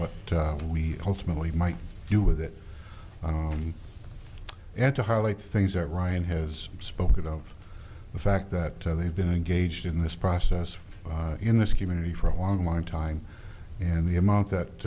what we ultimately might do with it and to highlight things that ryan has spoken of the fact that they've been engaged in this process in this community for a long long time and the amount that